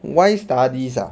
why studies ah